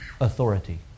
authority